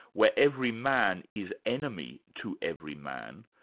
where every man is enemy to every man,